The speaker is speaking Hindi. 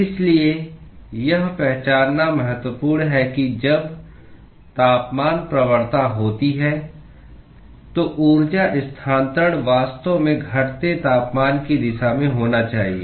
इसलिए यह पहचानना महत्वपूर्ण है कि जब तापमान प्रवणता होती है तो ऊर्जा स्थानांतरण वास्तव में घटते तापमान की दिशा में होना चाहिए